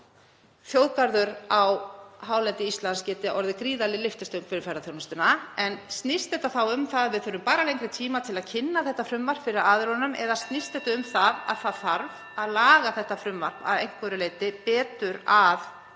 þjóðgarður á hálendi Íslands geti orðið gríðarleg lyftistöng fyrir ferðaþjónustuna. En snýst þetta þá um það að við þurfum bara lengri tíma til að kynna þetta frumvarp fyrir aðilunum? (Forseti hringir.) Eða snýst þetta um það að það þurfi að laga þetta frumvarp að einhverju leyti betur að